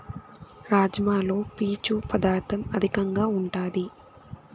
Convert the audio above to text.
రాజ్మాలో పీచు పదార్ధం అధికంగా ఉంటాది